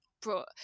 brought